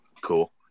Cool